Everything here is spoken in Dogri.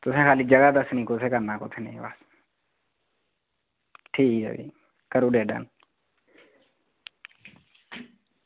तुसें खाल्ली जगह दस्सनी कुत्थें करना कुत्थें नेईं बस ठीक ऐ भी करी ओड़ेआ डन